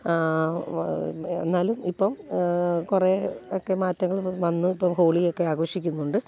എന്നാലും ഇപ്പം കുറെ ഒക്കെ മാറ്റങ്ങൾ വന്നു ഇപ്പോൾ ഹോളിയൊക്കെ ആഘോഷിക്കുന്നുണ്ട്